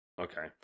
Okay